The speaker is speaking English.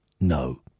No